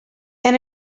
and